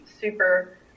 super